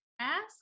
Ask